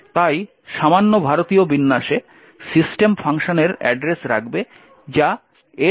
তাই সামান্য ভারতীয় বিন্যাসে সিস্টেম ফাংশনের অ্যাড্রেস রাখবে যা F7E42940